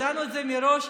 ידענו את זה מראש,